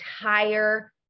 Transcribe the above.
entire